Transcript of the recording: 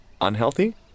unhealthy